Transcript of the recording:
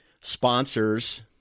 sponsors